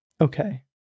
Okay